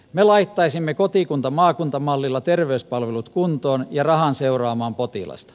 me laittaisimme kotikuntamaakunta mallilla terveyspalvelut kuntoon ja rahan seuraamaan potilasta